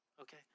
Okay